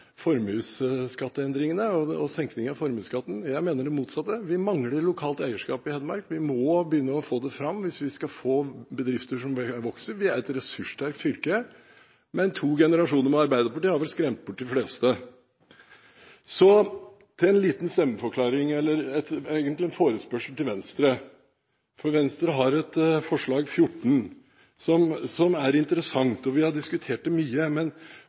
formuesskatteendringene, senkning av formuesskatten. Jeg mener det motsatte. Vi mangler lokalt eierskap i Hedmark. Vi må begynne å få det fram, hvis vi skal få bedrifter som vokser. Vi er et ressurssterkt fylke, men to generasjoner med Arbeiderpartiet har vel skremt bort de fleste. Så til en liten stemmeforklaring, eller egentlig en forespørsel til Venstre, for Venstres forslag nr. 14 er interessant. Vi har diskutert det mye, men sånn som forslaget foreligger, er det utenfor rammen som komiteen har,